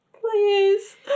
Please